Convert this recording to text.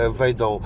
wejdą